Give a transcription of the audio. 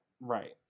right